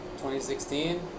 2016